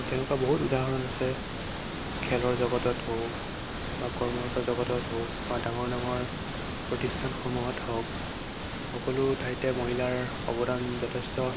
আৰু তেনেকুৱা বহুত উদাহৰণ আছে খেলৰ জগতত হওক বা কৰ্মৰত জগতত হওক বা ডাঙৰ ডাঙৰ প্ৰতিষ্ঠানসমূহত হওক সকলো ঠাইতে মহিলাৰ অৱদান যথেষ্ট